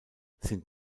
sind